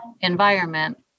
environment